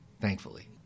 thankfully